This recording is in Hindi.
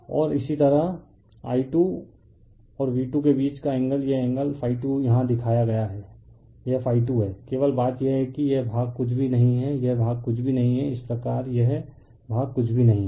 और इसी तरह I2 और V2 के बीच का एंगल यह एंगल ∅2 यहां दिखाया गया है यह ∅2 है केवल बात यह है कि यह भाग कुछ भी नहीं है यह भाग कुछ भी नहीं है इसी प्रकार यह भाग कुछ भी नहीं है